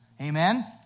amen